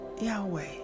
Yahweh